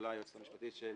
יכולה היועצת המשפטית של